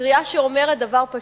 קריאה שאומרת דבר פשוט: